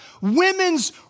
women's